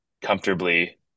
comfortably